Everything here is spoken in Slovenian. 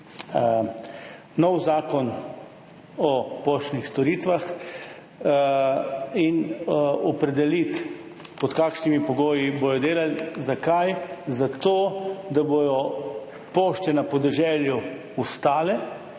nov zakon o poštnih storitvah in opredeliti, pod kakšnimi pogoji bodo delali. Zakaj? Zato da bodo pošte na podeželju ostale.